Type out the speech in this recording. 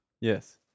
Yes